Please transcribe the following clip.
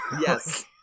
Yes